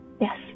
Yes